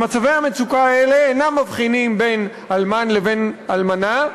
מצבי המצוקה האלה אינם מבחינים בין אלמן לבין אלמנה,